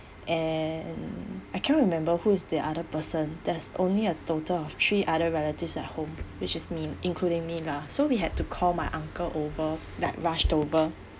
and I can't remember who is the other person there's only a total of three other relatives at home which is mean including me lah so we had to call my uncle over that rushed over